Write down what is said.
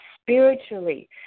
spiritually